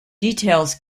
details